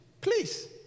please